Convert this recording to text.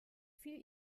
fiel